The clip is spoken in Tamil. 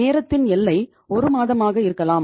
நேரத்தின் எல்லை 1 மாதமாக இருக்கலாம்